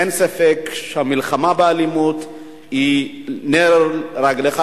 אין ספק שהמלחמה באלימות היא נר לרגליך,